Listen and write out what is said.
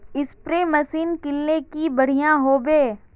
Spray machine किनले की बढ़िया होबवे?